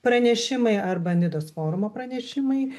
pranešimai arba nidos forumo pranešimai